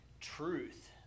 truth